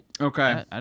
Okay